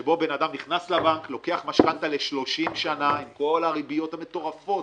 שבה אדם נכנסת לבנק ולוקח משכנתא ל-30 שנה עם כל הריביות המטורפות,